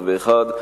פ/901,